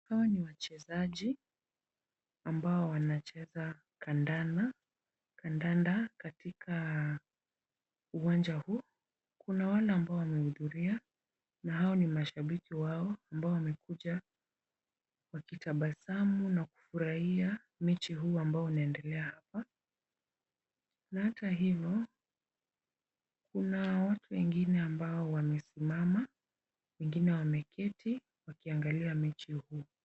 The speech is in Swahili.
Hawa ni wachezaji ambao wanacheza kandanda katika uwanja huu. Kuna wale ambao wamehudhuria na hao ni mashabiki wao ambao wamekuja wakitabasamu na kufurahia mechi huu ambao unaendelea hapa. Na hata hivo, kuna watu wengine ambao wamesimama. Wengine wameketi wakiangalia mechi huu.